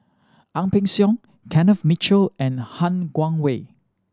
Ang Peng Siong Kenneth Mitchell and Han Guangwei